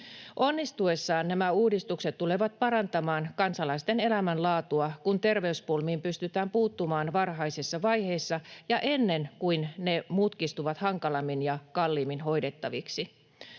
Onnistuessaan nämä uudistukset tulevat parantamaan kansalaisten elämänlaatua, kun terveyspulmiin pystytään puuttumaan varhaisessa vaiheessa ja ennen kuin ne mutkistuvat hankalammin ja kalliimmin hoidettaviksi.